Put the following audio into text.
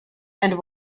and